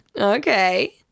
Okay